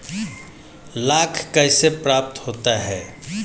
लाख कैसे प्राप्त होता है?